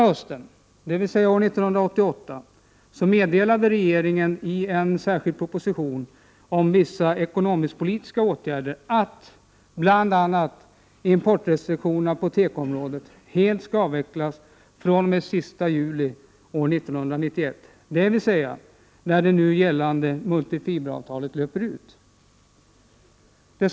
Hösten 1988 meddelade regeringen i en särskild proposition om vissa ekonomisk-politiska åtgärder att bl.a. importrestriktionerna på tekoområdet helt skall avvecklas fr.o.m. den 31 juli 1991, dvs. när det nu gällande multifiberavtalet löper ut.